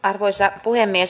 arvoisa puhemies